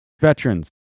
veterans